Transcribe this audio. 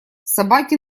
собаки